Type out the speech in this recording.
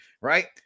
right